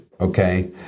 okay